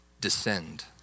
descend